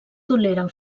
toleren